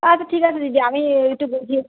আচ্ছা ঠিক আছে দিদি আমি একটু বুঝিয়ে